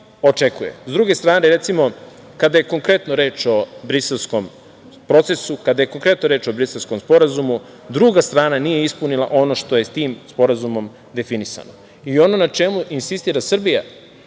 druge strane, recimo, kada je konkretno reč o Briselskom procesu, kada je konkretno reč o Briselskom sporazumu, druga strana nije ispunila ono što je tim Sporazumom definisano. Ono na čemu insistira Srbija